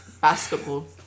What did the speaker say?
basketball